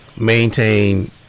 Maintain